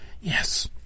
yes